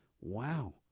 Wow